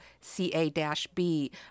CA-B